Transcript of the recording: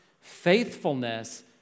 faithfulness